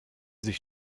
sich